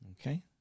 Okay